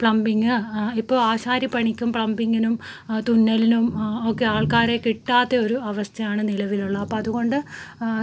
plumbing ഇപ്പോൾ ആശാരിപ്പണിക്കും പ്ലംമ്പിങ്ങിനും തുന്നലിനും ഒക്കെ ആൾക്കാരെ കിട്ടാത്ത ഒരു അവസ്ഥയാണ് നിലവിലുള്ളത് അപ്പോൾ അതുകൊണ്ട്